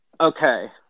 Okay